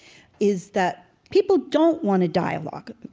is that people don't want a dialogue